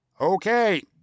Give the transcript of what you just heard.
Okay